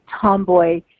tomboy